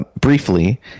briefly